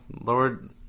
Lord